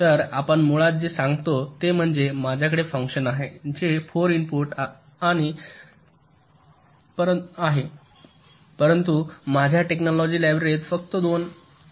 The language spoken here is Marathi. तर आपण मुळात जे सांगतो ते म्हणजे माझ्याकडे फंक्शन आहे जे 4 इनपुट आणि आहे परंतु माझ्या टेक्नोलॉजी लायब्ररीत फक्त 2 इनपुट अँड